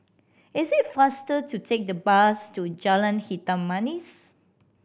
is it faster to take the bus to Jalan Hitam Manis